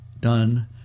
done